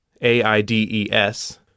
A-I-D-E-S